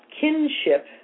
kinship